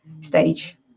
stage